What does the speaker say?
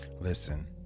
listen